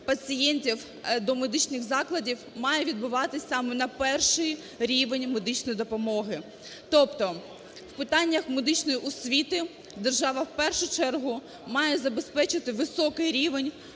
пацієнтів до медичних закладів має відбуватись саме на перший рівень медичної допомоги. Тобто в питаннях медичної освіти держава в першу чергу має забезпечити високий рівень